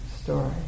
story